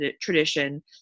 tradition